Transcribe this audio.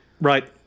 Right